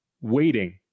waiting